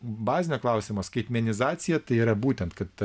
bazinio klausimo skaitmenizacija tai yra būtent kad